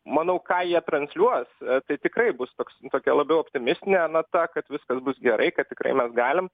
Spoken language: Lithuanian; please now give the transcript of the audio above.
manau ką jie transliuos tai tikrai bus toks tokia labiau optimistinė na ta kad viskas bus gerai kad tikrai mes galim